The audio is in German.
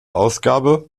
ausgabe